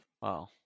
Wow